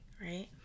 right